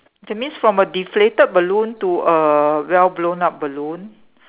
that means from a deflated balloon to a well blown up balloon